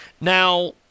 Now